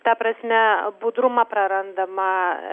ta prasme budrumą prarandama